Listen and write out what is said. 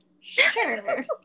Sure